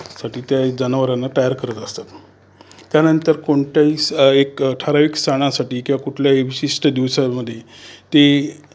साठी त्या जनावरांना तयार करत असतात त्यानंतर कोणत्याही स एका ठराविक सणासाठी किंवा कुठल्याही विशिष्ट दिवसामध्ये ते